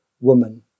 woman